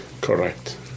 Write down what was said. Correct